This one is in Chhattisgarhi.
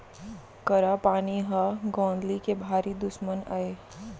करा पानी ह गौंदली के भारी दुस्मन अय